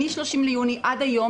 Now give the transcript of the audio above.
מ-30 ביוני עד היום,